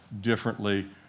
differently